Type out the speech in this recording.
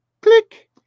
click